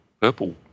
purple